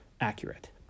accurate